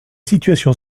situation